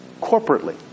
corporately